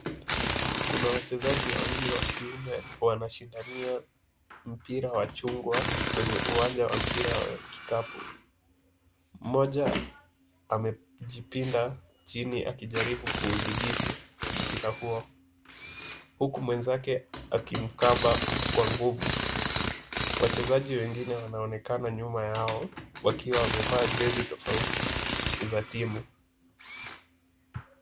Kuna wanachezaji wawili wa kiume wanashindania mpira wa chungwa kwenye uwancha wa mpira wa kikabu mmoja amejipinda chini akijaribu kuutibiti mpira huo uku mwenzake akimkapa Kwa nguvu wachezaji wengine wanaonekana nyuma yao wakiwa wamevaa jezi tafauti za timu .